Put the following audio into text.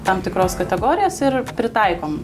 tam tikros kategorijos ir pritaikom